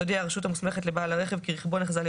תודיע הרשות המוסמכת לבעל הרכב כי רכבו נחזה להיות